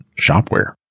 shopware